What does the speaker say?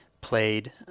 played –